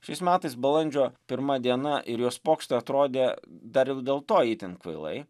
šiais metais balandžio pirma diena ir jos pokštai atrodė dar ir dėl to itin kvailai